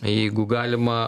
jeigu galima